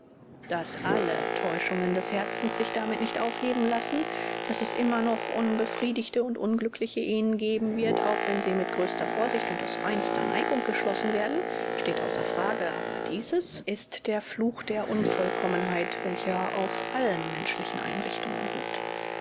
daß alle täuschungen des herzens sich damit nicht aufheben lassen daß es immer noch unbefriedigte und unglückliche ehen geben wird auch wenn sie mit größter vorsicht und aus reinster neigung geschlossen werden steht außer frage aber dieses ist der fluch der unvollkommenheit welcher auf allen menschlichen einrichtungen ruht